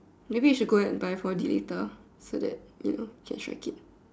maybe you should go and four D later so that you know you can strike it